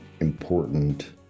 important